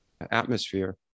atmosphere